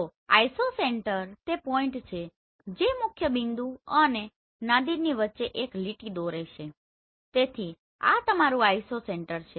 તો આઇસોસેન્ટર તે પોઈન્ટ છે જે મુખ્યબિંદુ અને નાદિરની વચ્ચે એક લીટી દોરે છે તેથી આ તમારું આઇસોસેન્ટર છે